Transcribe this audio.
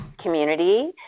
community